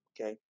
Okay